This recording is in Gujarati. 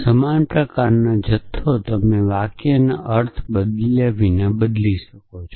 સમાન પ્રકારનો જથ્થો તમે વાક્યનો અર્થ બદલ્યા વિના બદલી શકો છો